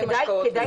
כולל משקאות וזה.